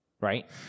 Right